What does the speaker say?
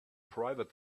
private